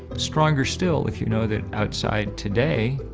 stronger still if you know that outside today,